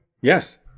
Yes